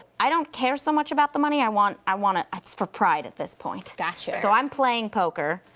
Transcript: i don't care so much about the money, i want, i wanna, it's for pride at this point. gotcha. so i'm playing poker.